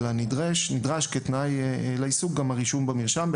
אלא נדרש גם הרישום במרשם כתנאי לעיסוק.